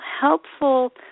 helpful